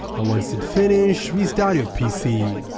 once it' finished restart your pc.